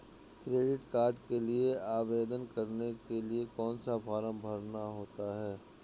Credit card के लिए आवेदन करने के लिए कौन सा फॉर्म भरना होता है?